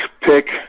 pick